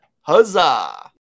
Huzzah